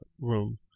room